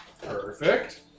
Perfect